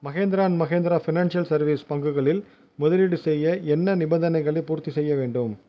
Mahindra and Mahindra financial services பங்குகளில் முதலீடு செய்ய என்ன நிபந்தனைகளைப் பூர்த்திசெய்ய வேண்டும்